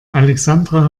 alexandra